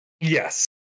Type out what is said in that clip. Yes